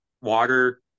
water